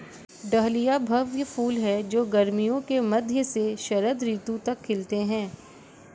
dahlia भव्य फूल हैं जो गर्मियों के मध्य से शरद ऋतु तक खिलते हैं